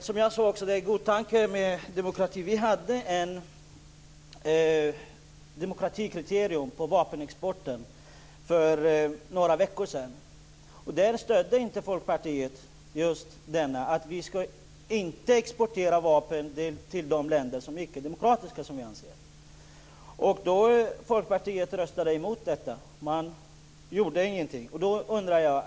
Fru talman! Det är en god tanke med demokrati. Vi hade för några veckor sedan ett demokratikriterium i fråga om vapenexporten. Där stödde inte Folkpartiet att vi inte skulle exportera vapen till de länder som är icke-demokratiska. Folkpartiet röstade emot detta. Man gjorde ingenting.